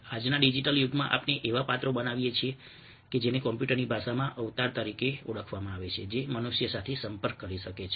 આજના ડીજીટલ યુગમાં આપણે એવા પાત્રો બનાવી શકીએ છીએ જેને કોમ્પ્યુટરની ભાષામાં અવતાર તરીકે ઓળખવામાં આવે છે જે મનુષ્ય સાથે સંપર્ક કરી શકે છે